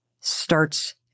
starts